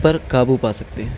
پر قابو پا سکتے ہیں